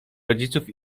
rodziców